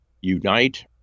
unite